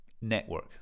network